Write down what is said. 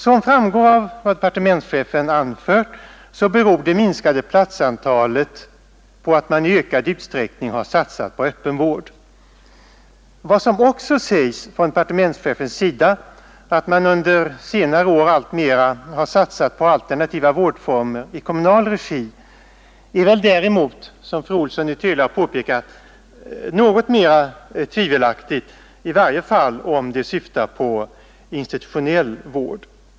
Som framgår av vad departementschefen anfört beror det minskade platsantalet på att man i ökad utsträckning har satsat på öppen vård. Departementschefens uttalande att man under senare år också alltmera har satsat på alternativa vårdformer i kommunal regi är väl däremot, som fru Olsson i Hölö har påpekat, något mera tvivelaktigt, i varje fall om det syftar på institutionell vård.